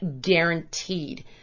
guaranteed